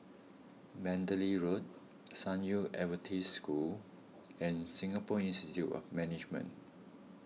Mandalay Road San Yu Adventist School and Singapore Institute of Management